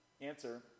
Answer